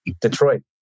Detroit